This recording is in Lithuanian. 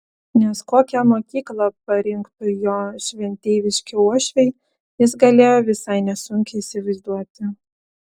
nes kokią mokyklą parinktų jo šventeiviški uošviai jis galėjo visai nesunkiai įsivaizduoti